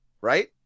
right